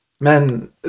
men